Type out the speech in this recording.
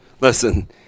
listen